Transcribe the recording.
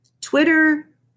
Twitter